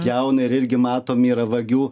pjauna ir irgi matom yra vagių